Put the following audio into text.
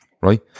right